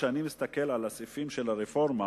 כשאני מסתכל על הסעיפים של הרפורמה,